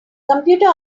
computer